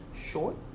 short